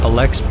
Alex